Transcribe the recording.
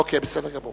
אוקיי, בסדר גמור.